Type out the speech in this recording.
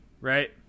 right